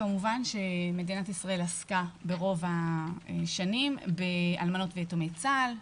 כמובן שמדינת ישראל עסקה ברוב השנים באלמנות ויתומי צה"ל,